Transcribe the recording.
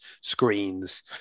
screens